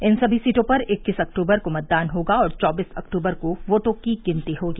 इन सभी सीटों पर इक्कीस अक्टूबर को मतदान होगा और चौबीस अक्टूबर को वोटों की गिनती होगी